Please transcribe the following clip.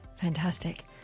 Fantastic